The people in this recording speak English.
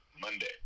monday